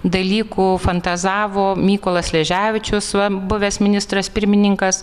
dalykų fantazavo mykolas sleževičius va buvęs ministras pirmininkas